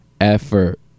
effort